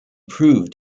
proved